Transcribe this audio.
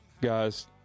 guys